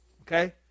Okay